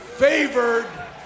Favored